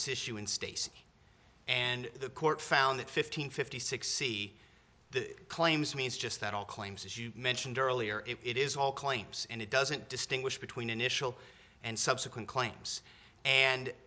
this issue in states and the court found it fifteen fifty six c the claims means just that all claims as you mentioned earlier it is all claims and it doesn't distinguish between initial and subsequent claims and